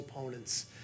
opponents